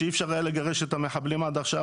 שאי אפשר היה לגרש את המחבלים עד עכשיו,